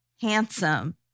handsome